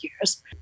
years